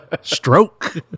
Stroke